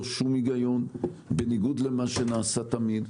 שום היגיון בניגוד למה שנעשה תמיד.